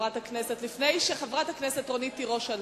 לפני שחברת הכנסת רונית תירוש עלתה.